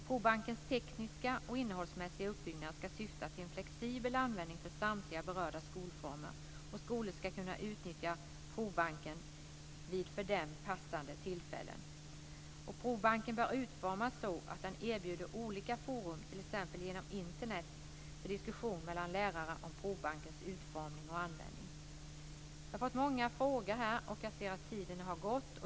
Provbankens tekniska och innehållsmässiga uppbyggnad ska syfta till en flexibel användning för samtliga berörda skolformer. Skolor ska kunna utnyttja provbanken vid för dem passande tillfällen. Provbanken bör utformas så att den erbjuder olika forum, t.ex. Internet, för diskussion mellan lärare om provbankens utformning och användning. Jag har fått många frågor här, och jag ser att tiden har gått.